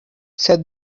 said